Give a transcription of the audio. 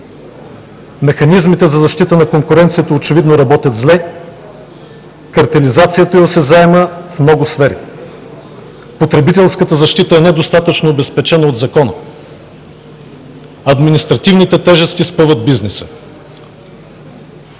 Механизмите за защита на конкуренцията очевидно работят зле, картелизацията е осезаема в много сфери. Потребителската защита е недостатъчно обезпечена от закона, административните тежести спъват бизнеса.